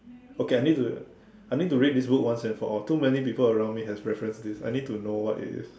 okay I need to I need to read this book once and for all too many people around me has reference this I need to know what it is